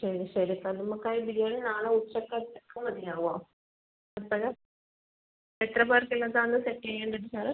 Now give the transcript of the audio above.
ശരി ശരി സാർ നമുക്ക് ആ ബിരിയാണി നാളെ ഉച്ചത്തേയ്ക്ക് മതിയാവോ എപ്പോൾ എത്ര പേർക്ക് ഉള്ളതാന്ന് സെറ്റ് ചെയ്യേണ്ടത് സാറെ